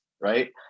right